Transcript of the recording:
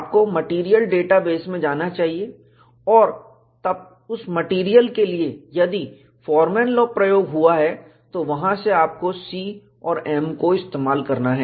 आपको material database में जाना चाहिए और तब उस मेटेरियल के लिए यदि फॉरमैन लाॅ प्रयोग हुआ है तो वहां से आपको C और m को इस्तेमाल करना है